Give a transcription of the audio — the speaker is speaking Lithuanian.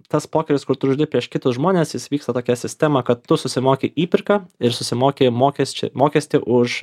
tas pokeris kur tu žaidi prieš kitus žmones jis vyksta tokia sistema kad tu susimoki įpirką ir susimoki mokesči mokestį už